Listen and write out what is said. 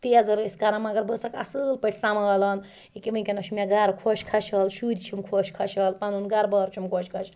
تیزَر ٲسۍ کَران مَگر بہٕ ٲسسَکھ اَصٕل پٲٹھۍ سَمبالان ییٚکہِ وٕنکیٚنَس چھُ مےٚ گَرٕ خۄش خۄشحال شُرۍ چھِم خۄش خۄشحال پَنُن گَرٕ بار چھُم خۄش خۄشحال